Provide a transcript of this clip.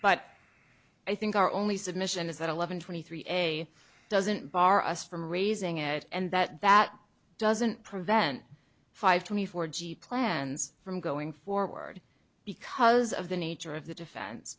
but i think our only submission is that eleven twenty three a doesn't bar us from raising it and that that doesn't prevent five twenty four g plans from going forward because of the nature of the defense